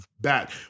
back